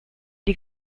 die